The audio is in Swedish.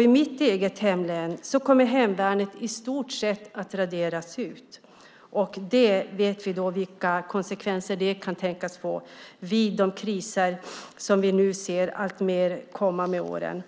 I mitt eget hemlän kommer hemvärnet i stort sett att raderas ut. Vi vet vilka konsekvenser det kan tänkas få vid de kriser som vi nu ser komma alltmer.